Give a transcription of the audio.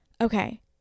okay